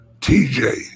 TJ